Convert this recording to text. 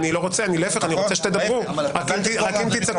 אני זוכר איך זה היה